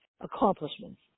accomplishments